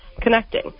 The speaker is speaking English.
connecting